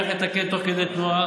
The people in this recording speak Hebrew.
איך לתקן תוך כדי תנועה.